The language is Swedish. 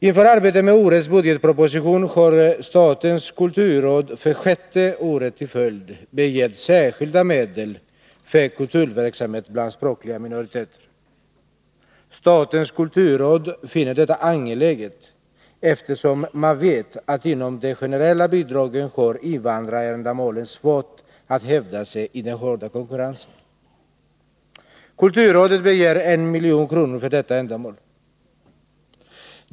Inför arbetet med årets budgetproposition har statens kulturråd för sjätte året i följd begärt särskilda medel för kulturverksamhet bland språkliga minoriteter. Statens kulturråd finner detta angeläget, eftersom man vet att inom de generella bidragen har invandrarändamålen svårt att hävda sig i den hårda konkurrensen. Kulturrådet begär 1 milj.kr. för detta ändamål.